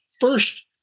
First